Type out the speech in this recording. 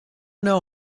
know